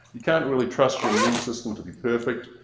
you can't really trust your immune system to be perfect.